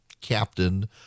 captain